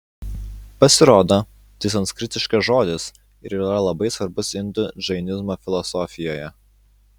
pasirodo tai sanskritiškas žodis ir yra labai svarbus indų džainizmo filosofijoje